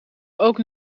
ook